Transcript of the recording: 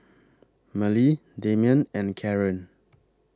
Mallie Demian and Caren